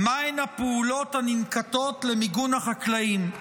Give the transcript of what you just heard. מה הן הפעולות הננקטות למיגון החקלאים?